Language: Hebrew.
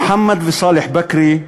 מוחמד וסאלח בכרי,